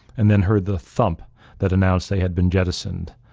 and then heard the thump that announced they had been jettisoned.